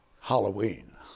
Halloween